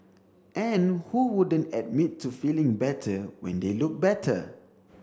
and who wouldn't admit to feeling better when they look better